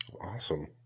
Awesome